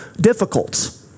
difficult